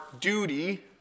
duty